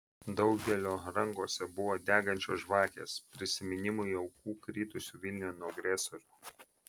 daugelio rankose buvo degančios žvakės prisiminimui aukų kritusių vilniuje nuo agresorių